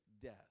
death